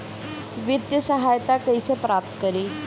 वित्तीय सहायता कइसे प्राप्त करी?